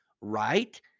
right